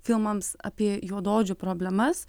filmams apie juodaodžių problemas